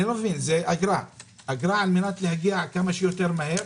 אגרה זה להגיע כמה שיותר מהר,